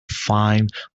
find